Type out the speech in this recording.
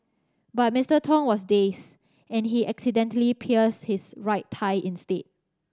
but Mister Tong was dazed and he accidentally pierced his right thigh instead